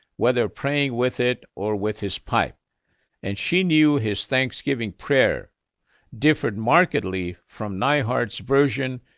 whether praying with it or with his pipe and she knew his thanksgiving prayer differed markedly from neihardt's version,